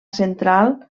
central